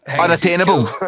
unattainable